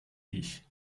ich